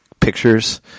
pictures